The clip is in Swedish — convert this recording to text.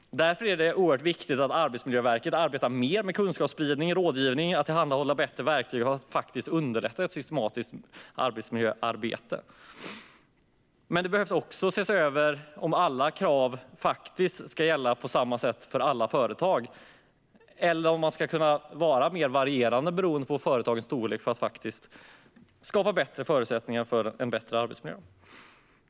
Därför är det oerhört viktigt att Arbetsmiljöverket arbetar mer med kunskapsspridning och rådgivning och tillhandahåller bättre verktyg för att underlätta ett systematiskt arbetsmiljöarbete. Det behöver också ses över om alla krav ska gälla på samma sätt för alla företag eller om de ska kunna vara mer varierande beroende på företagets storlek när det gäller att skapa bättre förutsättningar för en bättre arbetsmiljö.